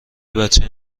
بچه